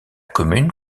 commune